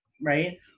Right